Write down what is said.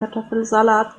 kartoffelsalat